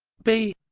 b,